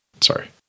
Sorry